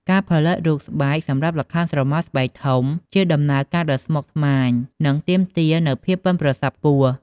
ការផលិតរូបស្បែកសម្រាប់ល្ខោនស្រមោលស្បែកធំជាដំណើរការដ៏ស្មុគស្មាញ និងទាមទារនូវភាពប៉ិនប្រសប់ខ្ពស់។